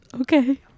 Okay